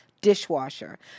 dishwasher